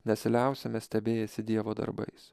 nesiliausime stebėjęsi dievo darbais